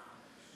נכון.